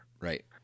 Right